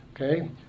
Okay